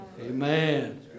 Amen